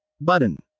button